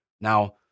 Now